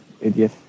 Idiot